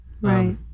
Right